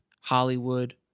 Hollywood